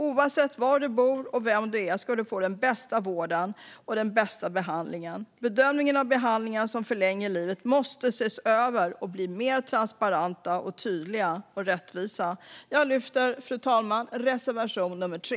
Oavsett var man bor och vem man är ska man få den bästa vården och den bästa behandlingen. Bedömningarna av behandlingar som förlänger livet måste ses över och bli mer transparenta, tydliga och rättvisa. Fru talman! Jag yrkar bifall till reservation nummer 3.